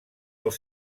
els